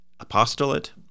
apostolate